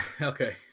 Okay